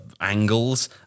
angles